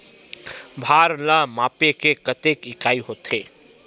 भार ला मापे के कतेक इकाई होथे?